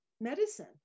medicine